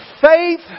Faith